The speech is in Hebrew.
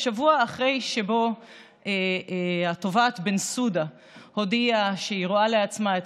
בשבוע אחרי שהתובעת בנסודה הודיעה שהיא רואה לעצמה את